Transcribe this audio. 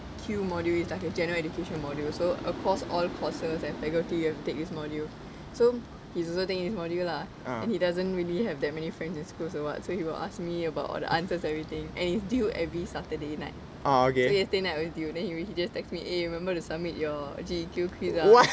Q module is like a general education module so across all courses and faculty you have to take this module so he's also taking this module lah and he doesn't really have that many friends in school or what so he will ask me about all the answers and everything and due every saturday night so yesterday night it was due then he will just text me eh remember to submit your G_E_Q quiz ah